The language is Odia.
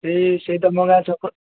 ସେଇ ସେଇ ତମ ଗାଁ ଛକ